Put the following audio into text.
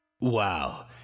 Wow